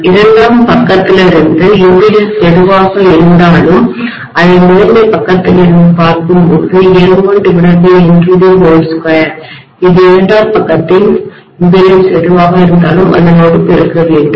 இரண்டாம் பக்கத்திலிருந்து மின்மறுப்பு இம்பிடன்ஸ் எதுவாக இருந்தாலும் அதை முதன்மைப் பக்கத்திலிருந்து பார்க்கும்போது N1N22 இதை இரண்டாம் பக்கத்தின் மின்மறுப்பு இம்பிடன்ஸ் எதுவாக இருந்தாலும் அதனோடு பெருக்க வேண்டும்